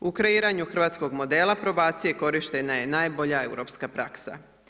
U kreiranju hrvatskog modela probacije korištena je najbolja europska praksa.